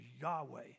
Yahweh